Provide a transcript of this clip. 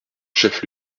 chef